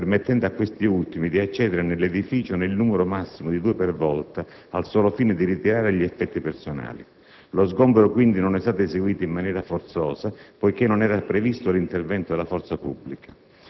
permettendo a questi ultimi di accedere nell'edificio nel numero massimo di due per volta, al solo fine di ritirare gli effetti personali. Lo sgombero, quindi, non è stato eseguito in maniera forzosa, poiché non era stato previsto l'intervento della forza pubblica.